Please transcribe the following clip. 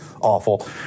awful